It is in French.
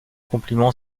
compliment